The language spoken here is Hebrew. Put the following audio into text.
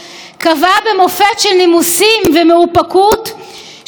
ואת ההחלטה הגדירה: החלטה ביזיונית ואטומת לב.